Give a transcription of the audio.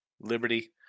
Liberty